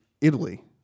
Italy